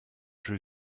drew